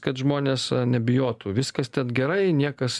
kad žmonės nebijotų viskas ten gerai niekas